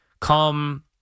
come